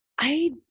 I-